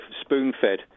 spoon-fed